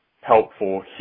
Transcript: helpful